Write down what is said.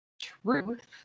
truth